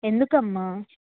ఎందుకమ్మ